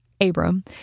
Abram